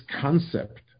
concept